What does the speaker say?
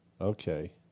Okay